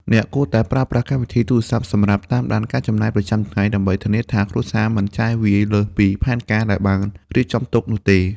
អ្នកគួរតែប្រើប្រាស់កម្មវិធីទូរស័ព្ទសម្រាប់តាមដានការចំណាយប្រចាំថ្ងៃ ដើម្បីធានាថាគ្រួសារមិនចាយវាយលើសពីផែនការដែលបានរៀបចំទុកនោះទេ។